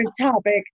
topic